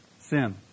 Sin